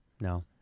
no